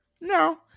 No